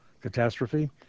Catastrophe